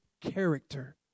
character